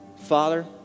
Father